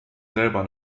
selber